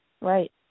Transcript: Right